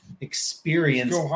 Experience